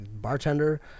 bartender